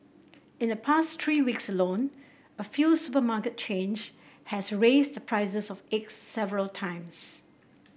in the past three weeks alone a few supermarket chains has raised the prices of eggs several times